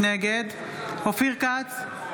נגד אופיר כץ,